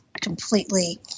completely